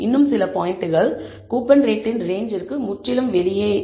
இப்போது சில பாயிண்டுகள் கூப்பன் ரேட்டின் ரேஞ்ச் ற்க்கு முற்றிலும் வெளியே உள்ளன